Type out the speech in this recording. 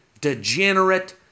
degenerate